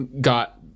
got